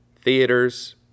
theaters